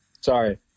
Sorry